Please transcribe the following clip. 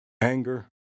anger